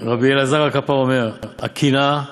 "רבי אליעזר הקפר אומר, הקנאה